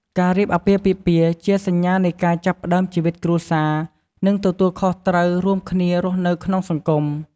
ការរៀបអាពាហ៍ពិពាហ៍ ជាសញ្ញានៃការចាប់ផ្តើមជីវិតគ្រួសារ និងទទួលខុសត្រូវរួមគ្នារស់នៅក្នុងសង្គម។